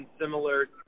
similar